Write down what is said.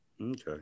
Okay